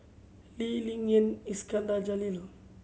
Lee Ling Yen Iskandar Jalil